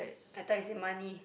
I thought you say money